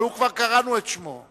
אבל הוא, כבר קראנו את שמו.